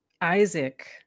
Isaac